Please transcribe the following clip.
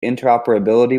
interoperability